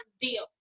deal